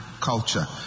culture